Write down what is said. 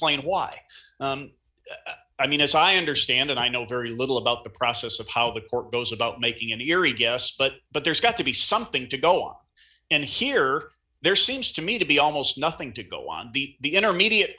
explain why i mean as i understand it i know very little about the process of how the court goes about making an eerie guess but but there's got to be something to go on and here there seems to me to be almost nothing to go on the the intermediate